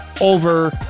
over